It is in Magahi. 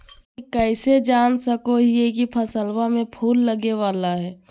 हमनी कइसे जान सको हीयइ की फसलबा में फूल लगे वाला हइ?